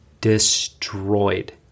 destroyed